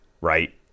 right